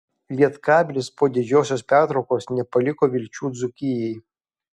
lietkabelis po didžiosios pertraukos nepaliko vilčių dzūkijai